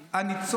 למתווה.